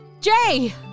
Jay